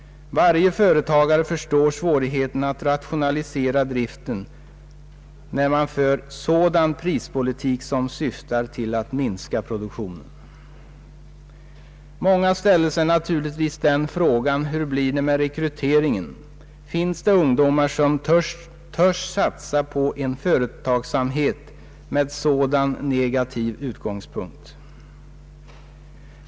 Varje företagare förstår svårigheterna att rationalisera driften när man för en prispolitik som syftar till att minska produktionen. Många ställde sig naturligtvis den frågan hur det blir med rekryteringen. Finns det ungdomar som törs satsa på en företagsamhet med sådan negativ utgångspunkt?